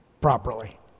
properly